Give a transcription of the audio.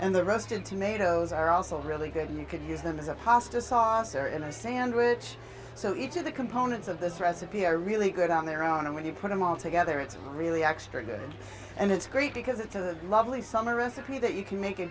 and the roasted tomatoes are also really good you can use them as a pasta sauce or in a sandwich so each of the components of this recipe are really good on their own and when you put them all together it's really extra good and it's great because it's a lovely summer recipe that you can make a